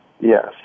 Yes